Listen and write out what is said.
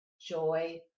joy